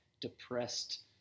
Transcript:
depressed